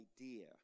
idea